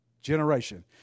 generation